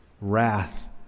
wrath